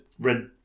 red